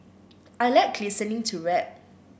I like listening to rap